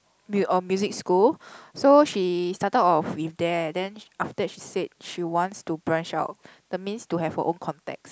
mu~ oh music school so she started off with there then after that she said she wants to branch out that means to have her own contacts